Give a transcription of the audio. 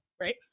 right